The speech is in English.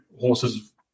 horses